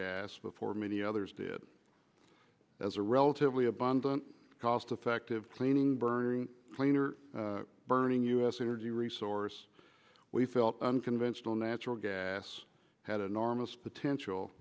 gas before many others did as a relatively abundant cost effective cleaning burning cleaner burning u s energy resource we felt unconventional natural gas had enormous potential